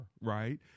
right